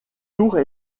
tours